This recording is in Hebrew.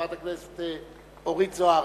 חברת הכנסת אורית זוארץ.